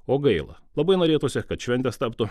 o gaila labai norėtųsi kad šventės taptų